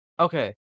Okay